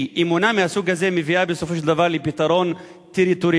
אמונה מהסוג הזה מביאה בסופו של דבר לפתרון טריטוריאלי.